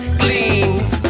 gleams